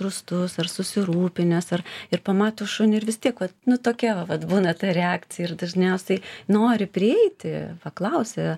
rūstus ar susirūpinęs ar ir pamato šunį ir vis tiek vat nu tuokia va vat būna ta reakcija ir dažniausiai nori prieiti paklausia